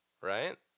right